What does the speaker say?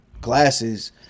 glasses